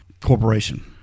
Corporation